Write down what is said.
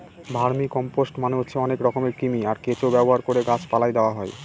vermicompost মানে হচ্ছে অনেক রকমের কৃমি, আর কেঁচো ব্যবহার করে গাছ পালায় দেওয়া হয়